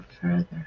further